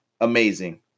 Amazing